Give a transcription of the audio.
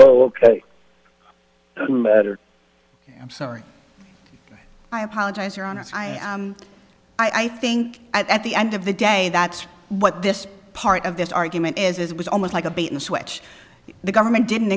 ok i'm sorry i apologize your honor i am i think at the end of the day that's what this part of this argument is it was almost like a bait and switch the government didn't